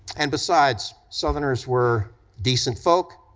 and besides, southerners were decent folk,